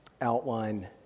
outline